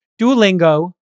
Duolingo